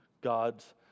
God's